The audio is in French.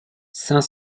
saint